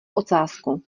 ocásku